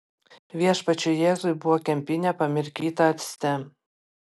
viešpačiui jėzui buvo kempinė pamirkyta acte